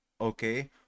okay